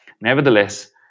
Nevertheless